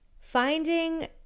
finding